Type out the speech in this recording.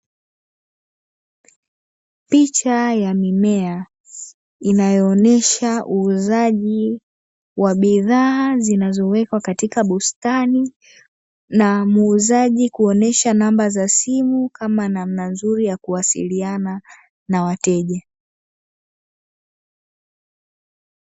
Picha ya mimea inayo onesha uuzaji wa bidhaa inayowekwa katika bustani, na muuzaji kuonesha namba za simu kama namna bora ya kuwasiliana na wateja.